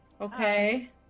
Okay